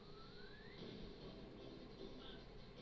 चरस क खेती करे खातिर सरकार से लाईसेंस बनवाए के पड़ेला